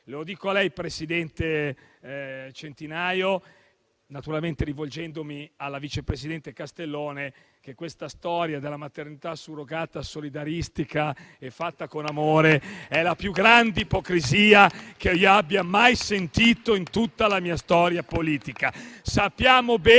Lo dico a lei, presidente Centinaio, naturalmente rivolgendomi alla vice presidente Castellone, che questa storia della maternità surrogata solidaristica e fatta con amore è la più grande ipocrisia che io abbia mai sentito in tutta la mia storia politica.